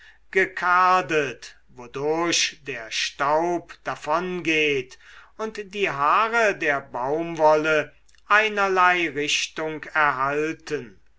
gekardet wodurch der staub davongeht und die haare der baumwolle einerlei richtung erhalten